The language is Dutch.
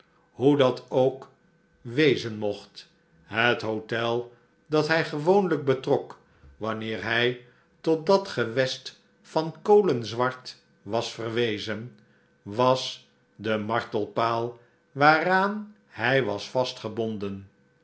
hoe dat dan ook wezen mocht het hotel dat hi gewoonlijk betrok wanneer hij tot dat gewest van kolenzwart was verwezen wasdemartelpaal waaraan hij was